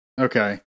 okay